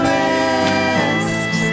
rest